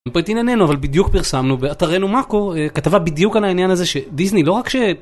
את ענייננו אבל בדיוק פרסמנו באתרנו מאקו כתבה בדיוק על העניין הזה שדיסני לא רק ש...